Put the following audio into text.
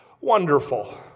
Wonderful